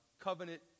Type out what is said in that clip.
covenant